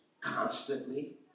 constantly